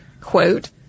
quote